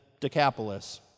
Decapolis